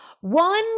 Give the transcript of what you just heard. one